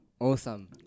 Awesome